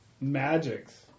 magics